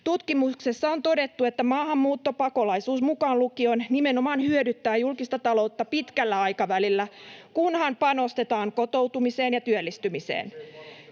Tutkimuksissa on todettu, että maahanmuutto, pakolaisuus mukaan lukien, nimenomaan hyödyttää julkista taloutta pitkällä aikavälillä, [Leena Meri: Siellä on 24 000 työtöntä!] kunhan panostetaan kotoutumiseen ja työllistymiseen.